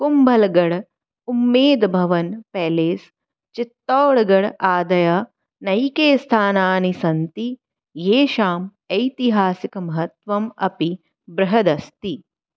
Kumbhalgarh Umaid Bhawan palace Chittorgarh आदयः नैके स्थानानि सन्ति येषाम् ऐतिहासिकमहत्त्वमपि बृहद् अस्ति